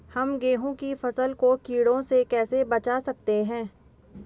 हम गेहूँ की फसल को कीड़ों से कैसे बचा सकते हैं?